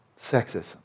sexism